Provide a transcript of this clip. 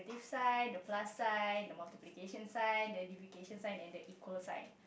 sign the plus sign the multiplication sign then duplication sign and the equal sign